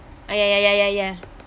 ah ya ya ya ya ya